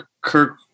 Kirk